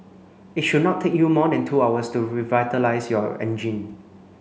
it should not take you more than two hours to revitalise your engine